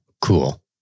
cool